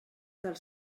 del